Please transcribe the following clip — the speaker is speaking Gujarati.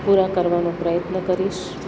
પુરા કરવાનો પ્રયત્ન કરીશ